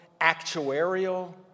actuarial